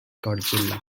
godzilla